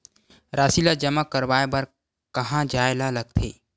राशि ला जमा करवाय बर कहां जाए ला लगथे